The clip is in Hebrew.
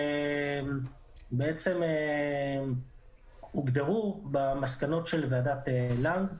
שבעצם הוגדרו במסקנות של ועדת לנג.